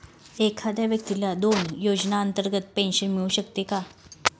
एखाद्या व्यक्तीला दोन योजनांतर्गत पेन्शन मिळू शकते का?